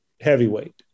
heavyweight